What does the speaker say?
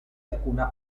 alcuna